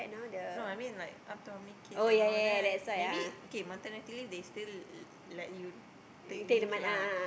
no I mean like up to how many kids and all that maybe K maternity leave they still let you take leave lah